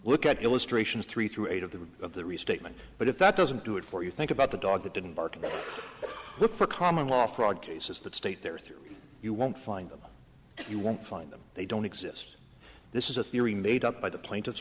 look at illustrations three through eight of the of the restatement but if that doesn't do it for you think about the dog that didn't bark and look for common law fraud cases that state there are three you won't find them you won't find them they don't exist this is a theory made up by the pla